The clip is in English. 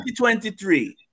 2023